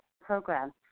program